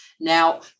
Now